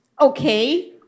Okay